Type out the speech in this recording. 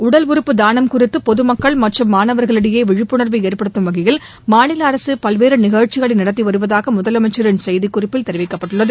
உடல் உறுப்பு தானம் குறித்து பொதுமக்கள் மற்றும் மாணவர்களிடையே விழிப்புணர்வை ஏற்படுத்தும் வகையில் மாநில அரசு பல்வேறு நிகழ்ச்சிகளை நடத்தி வருவதாக முதலமைச்சரின் செய்திக்குறிப்பில் தெரிவிக்கப்பட்டுள்ளது